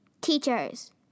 teachers